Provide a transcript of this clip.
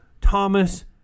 Thomas